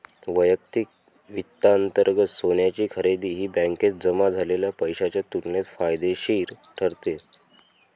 वैयक्तिक वित्तांतर्गत सोन्याची खरेदी ही बँकेत जमा झालेल्या पैशाच्या तुलनेत फायदेशीर ठरते